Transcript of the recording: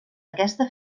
aquesta